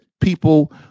people—